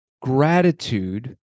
gratitude